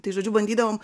tai žodžiu bandydavom